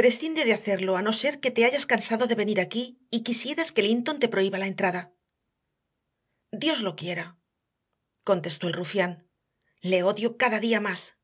prescinde de hacerlo a no ser que te hayas cansado de venir aquí y quisieras que linton te prohíba la entrada dios lo quiera contestó el rufián le odio cada día más